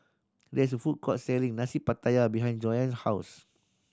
there is a food court selling Nasi Pattaya behind Jonna's house